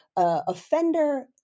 Offender